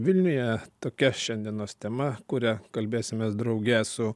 vilniuje tokia šiandienos tema kuria kalbėsimės drauge su